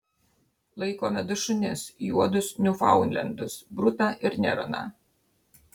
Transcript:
laikome du šunis juodus niufaundlendus brutą ir neroną